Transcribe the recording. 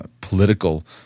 political